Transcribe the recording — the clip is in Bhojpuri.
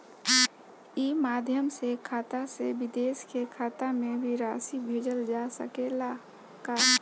ई माध्यम से खाता से विदेश के खाता में भी राशि भेजल जा सकेला का?